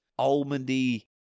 almondy